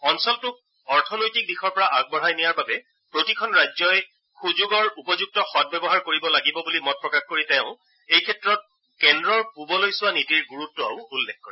অঞ্চলটোক অৰ্থনৈতিক দিশৰ পৰা আগবঢ়াই নিয়াৰ বাবে প্ৰতিখন ৰাজ্যই সুযোগৰ উপযুক্ত সদব্যৱহাৰ কৰিব লাগিব বুলি মত প্ৰকাশ কৰি তেওঁ এই ক্ষেত্ৰত কেন্দ্ৰৰ পূবলৈ চোৱা নীতিৰ গুৰুত্বও উল্লেখ কৰে